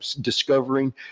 discovering